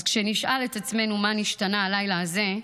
אז כשנשאל את עצמנו: מה נשתנה הלילה הזה?